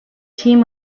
team